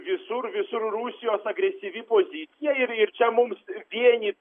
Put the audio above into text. visur visur rusijos agresyvi pozicija ir ir čia mums vienyt